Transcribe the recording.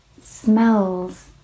smells